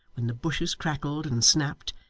when the bushes crackled and snapped,